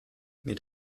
mit